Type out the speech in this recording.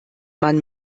man